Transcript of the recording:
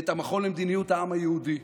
ואת המכון למדיניות העם היהודי,